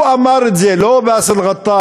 הוא אמר את זה, לא באסל גטאס,